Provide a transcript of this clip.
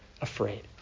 afraid